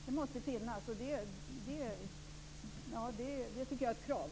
Det måste finnas. Det tycker jag är ett krav.